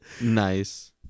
Nice